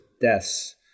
deaths